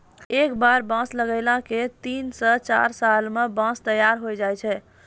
एक बार बांस लगैला के बाद तीन स चार साल मॅ बांंस तैयार होय जाय छै